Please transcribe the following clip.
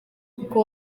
kuko